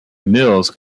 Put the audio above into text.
nils